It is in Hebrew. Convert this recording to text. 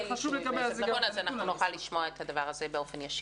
נוכל לשמוע אותו באופן ישיר.